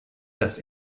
dass